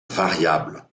variables